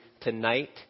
tonight